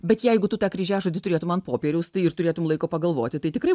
bet jeigu tu tą kryžiažodį turėtum ant popieriaus tai ir turėtum laiko pagalvoti tai tikrai